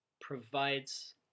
provides